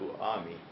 army